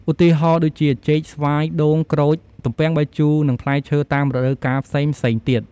ឧទាហរណ៍ដូចជា ចេក ស្វាយ ដូង ក្រូច ទំពាំងបាយជូរ និងផ្លែឈើតាមរដូវកាលផ្សេងៗទៀត។